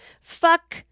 Fuck